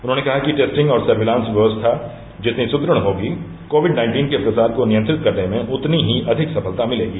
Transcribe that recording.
उन्होंने कहा कि टेस्टिंग और सर्विलांस व्यवस्था जितनी सुदृढ़ होगी कोविड नाइन्टीन के प्रसार को नियंत्रित करने में उतनी ही अधिक सफलता मिलेगी